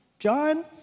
John